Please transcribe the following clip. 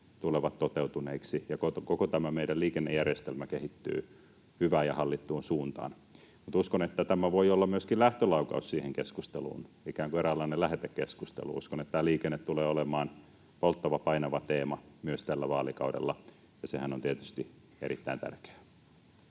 tulevat toteutuneiksi ja koko meidän liikennejärjestelmä kehittyy hyvään ja hallittuun suuntaan. Uskon, että tämä voi olla myöskin lähtölaukaus siihen keskusteluun, ikään kuin eräänlainen lähetekeskustelu. Uskon, että liikenne tulee olemaan polttava ja painava teema myös tällä vaalikaudella, ja sehän on tietysti erittäin tärkeää.